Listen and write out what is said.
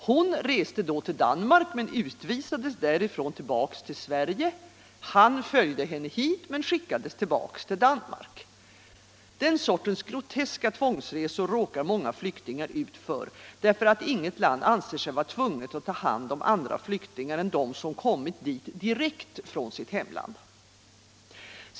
Hon reste då till Danmark, men utvisades därifrån tillbaka till Sverige; han följde henne hit, men skickades tillbaka till Danmark. Den sortens groteska tvångsresor råkar många flyktingar ut för, därför att inget land anser sig vara tvunget att ta hand om andra flyktingar debatt och valutapolitisk debatt 100 än dem som kommit dit direkt från sitt hemland.